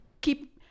keep